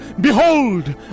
Behold